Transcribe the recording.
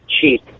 cheap